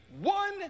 one